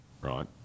right